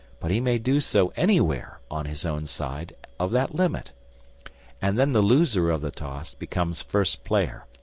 but he may do so anywhere on his own side of that limit and then the loser of the toss becomes first player,